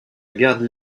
garde